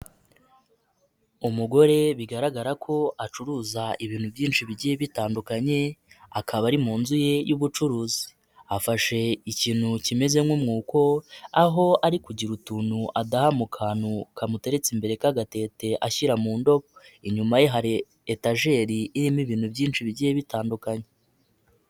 Umugore bigaragara ko acuruza ibintu byinshi bigiye bitandukanye akaba ari mu nzu ye y'ubucuruzi, afashe ikintu kimeze nk'umwuko aho ari kugira utuntu adaha mu kantu kamuteretse imbere k'agatete ashyira mu ndobo, inyuma ye hari etageri irimo ibintu byinshi bigiye bitandukanye.